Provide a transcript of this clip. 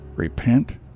Repent